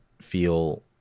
feel